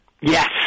Yes